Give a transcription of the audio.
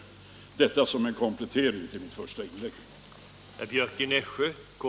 Detta säger iag som en komplettering till mitt första inlägg.